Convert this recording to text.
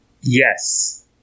Yes